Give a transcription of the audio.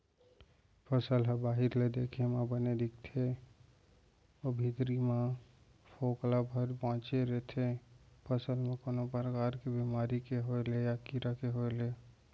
फसल ह बाहिर ले देखे म बने दिखत रथे अउ भीतरी म फोकला भर बांचे रथे फसल म कोनो परकार के बेमारी के होय ले या कीरा के होय ले